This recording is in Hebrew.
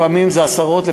לפעמים זה עשרות אנשים,